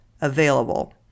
available